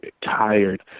tired